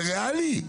זה ריאלי?